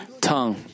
tongue